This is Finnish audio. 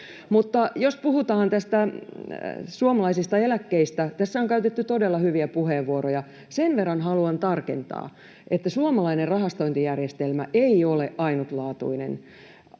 Mutta puhutaan suomalaisista eläkkeistä. Tässä on käytetty todella hyviä puheenvuoroja. Sen verran haluan tarkentaa, että suomalainen rahastointijärjestelmä ei ole ainutlaatuinen.